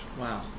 Wow